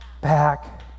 back